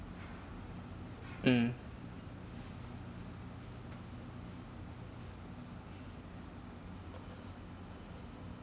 mm